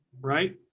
right